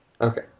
Okay